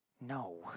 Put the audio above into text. No